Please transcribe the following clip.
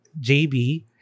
JB